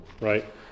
right